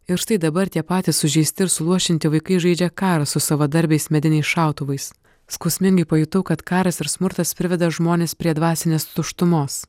ir štai dabar tie patys sužeisti ir suluošinti vaikai žaidžia karą su savadarbiais mediniais šautuvais skausmingai pajutau kad karas ir smurtas priveda žmones prie dvasinės tuštumos